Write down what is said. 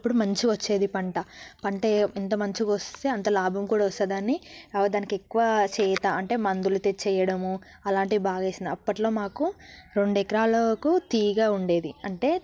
అప్పుడు మంచిగా వచ్చేది పంట పంట ఎంత మంచిగ వస్తే అంత లాభం కూడా వస్తుంది అని దానికి ఎక్కువ చేత అంటే మందులు తెచ్చి వేయడము అలాంటివి బాగా వేసాను అప్పట్లో మాకు రెండు ఎకరాలకు తీగ ఉండేది అంటే